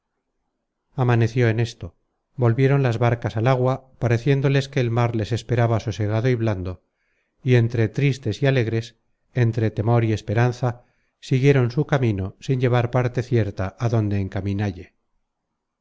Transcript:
amaneció en esto volvieron las barcas al agua pareciéndoles que el mar les esperaba sosegado y blando y entre tristes y alegres entre temor y esperanza siguieron su camino sin llevar parte cierta á donde encaminalle